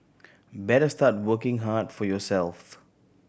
better start working hard for yourself